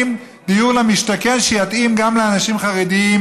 עושים דיור למשתכן שיתאים גם לאנשים חרדים,